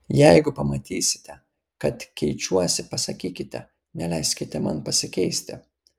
jeigu pamatysite kad keičiuosi pasakykite neleiskite man pasikeisti